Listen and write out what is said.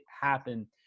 happen